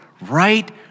right